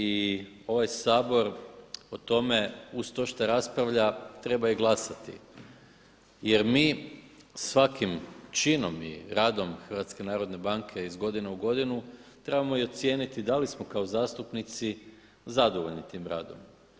I ovaj Sabor o tome uz to što raspravlja treba i glasati jer mi svakim činom i radom HNB iz godine u godinu trebamo ocijeniti da li smo kao zastupnici zadovoljni tim radom.